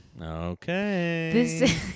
Okay